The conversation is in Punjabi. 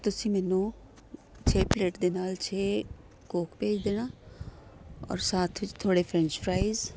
ਤੁਸੀਂ ਮੈਨੂੰ ਛੇ ਪਲੇਟ ਦੇ ਨਾਲ ਛੇ ਕੋਕ ਭੇਜ ਦੇਣਾ ਔਰ ਸਾਥ ਵਿੱਚ ਥੋੜ੍ਹੇ ਫਰੈਂਚ ਫ੍ਰਾਈਜ਼